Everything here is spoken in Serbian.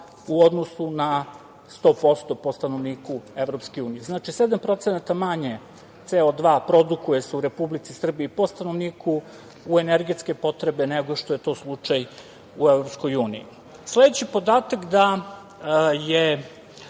u odnosu na 100% po stanovniku EU. Znači, 7% manje CO2 produkuje se u Republici Srbiji po stanovniku u energetske potrebe, nego što je to slučaj u EU.Sledeći podatak da je